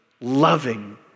loving